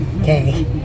okay